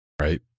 right